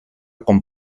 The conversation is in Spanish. con